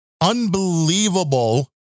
unbelievable